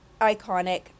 Iconic